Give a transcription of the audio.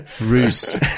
Roos